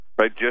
Right